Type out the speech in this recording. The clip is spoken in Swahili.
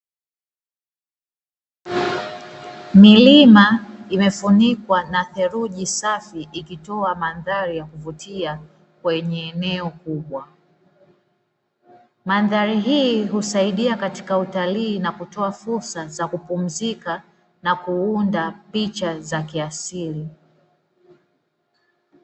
Milima imefunikwa na theluji safi ukitoa mandhari ya kuvutia kwenye eneo kubwa, mandhari hii husaidia katika utalii na kutoa fursa ya kupunzika na kuunda picha za kiasili.